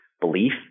belief